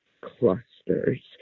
clusters